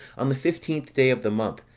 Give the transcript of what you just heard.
on the fifteenth day of the month,